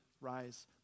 Rise